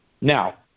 now